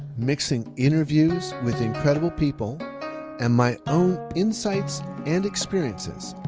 mixing interviews with incredible people and my own insights and experiences,